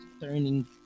turning